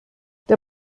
der